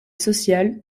social